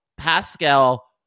Pascal